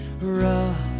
rough